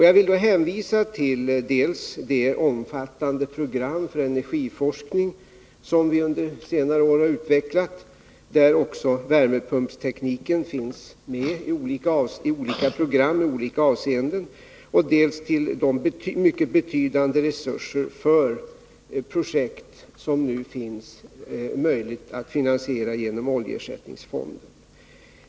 Jag vill hänvisa dels till det omfattande program för energiforskning som vi har utvecklat under senare år, där också värmepumpstekniken finns med i olika avseenden, dels till de mycket betydande projekt som nu kan finansieras med hjälp av oljeersättningsfonden.